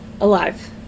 alive